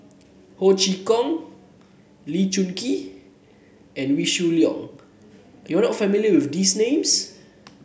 Ho Chee Kong Lee Choon Kee and Wee Shoo Leong you are not familiar with these names